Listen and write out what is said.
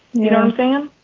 you know, i'm saying